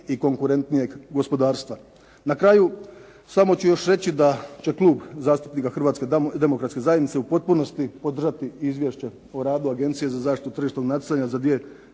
i konkurentnijeg gospodarstva. Na kraju samo ću još reći da će Klub zastupnika HDZ-a u potpunosti podržati Izvješće o radu Agencije za zaštitu tržišnog natjecanja za 2008.